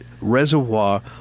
Reservoir